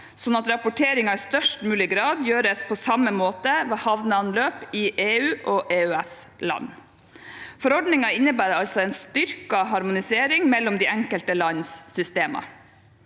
at rapporteringen i størst mulig grad gjøres på samme måte ved havneanløp i EUog EØS-land. Forordningen innebærer altså en styrket harmonisering mellom de enkelte lands systemer.